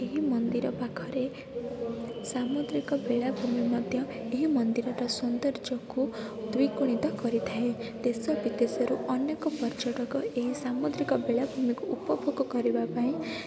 ଏହି ମନ୍ଦିର ପାଖରେ ସାମୁଦ୍ରିକ ବେଳାଭୂମି ମଧ୍ୟ ଏହି ମନ୍ଦିରର ସୌନ୍ଦର୍ଯ୍ୟକୁ ଦ୍ୱିଗୁଣିତ କରିଥାଏ ଦେଶ ବିଦେଶରୁ ଅନେକ ପର୍ଯ୍ୟଟକ ଏହି ସାମୁଦ୍ରିକ ବେଳାଭୂମିକୁ ଉପଭୋଗ କରିବା ପାଇଁ